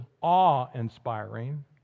awe-inspiring